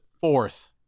Fourth